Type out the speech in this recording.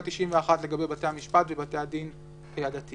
1991 לגבי בתי המשפט ובתי הדין הדתיים.